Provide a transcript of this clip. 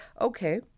Okay